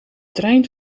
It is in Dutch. trein